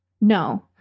No